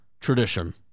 tradition